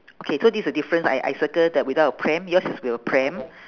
okay so this is the difference I I circle that without a pram yours is with a pram